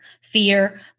fear